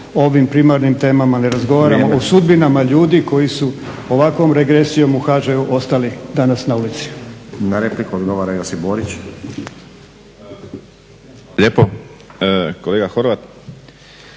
ovim primarnim temama, ne razgovaramo o sudbinama ljudi koji su ovakvom regresijom u HŽ-u ostali danas na ulici.